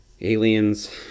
aliens